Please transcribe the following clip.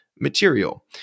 material